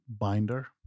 binder